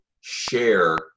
share